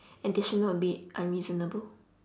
and they should not be unreasonable